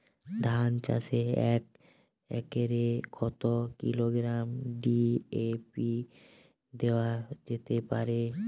ধান চাষে এক একরে কত কিলোগ্রাম ডি.এ.পি দেওয়া যেতে পারে?